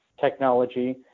technology